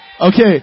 Okay